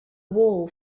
wool